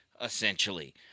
essentially